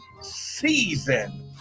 season